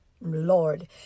Lord